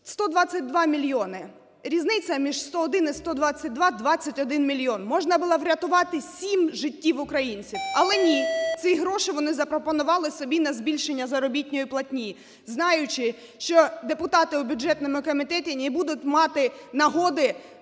122 мільйони. Різниця між 101 і 122 – 21 мільйон, можна було б врятувати 7 життів українців. Але ні, ці гроші вони запропонували собі на збільшення заробітної платні, знаючи, що депутати у бюджетному комітеті не будуть мати нагоди